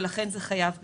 ולכן זה חייב במס.